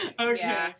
Okay